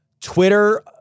Twitter